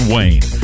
Wayne